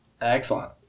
Excellent